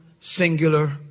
singular